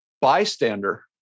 bystander